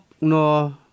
no